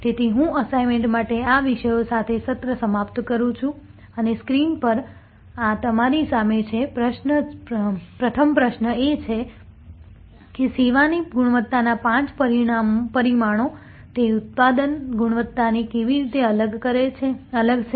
તેથી હું અસાઇન્મેંટ માટે આ વિષય સાથે સત્ર સમાપ્ત કરું છું અને સ્ક્રીન પર આ તમારી સામે છે પ્રથમ પ્રશ્ન એ છે કે સેવાની ગુણવત્તાના પાંચ પરિમાણો તે ઉત્પાદન ગુણવત્તાથી કેવી રીતે અલગ છે